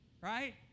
right